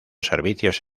servicios